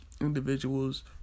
Individuals